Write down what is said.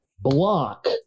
block